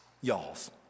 Y'all's